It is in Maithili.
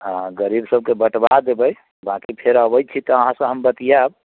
हँ गरीब सबके बँटबा देबै बाँकि फेर अबैत छी तऽ अहाँ से हम बतियाएब